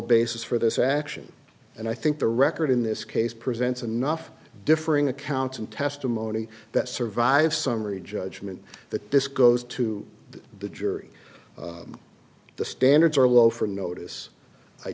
basis for this action and i think the record in this case presents enough differing accounts and testimony that survives summary judgment that this goes to the jury the standards are low for notice i